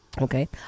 Okay